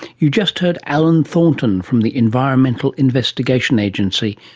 you just heard allan thornton from the environmental investigation agency,